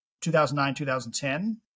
2009-2010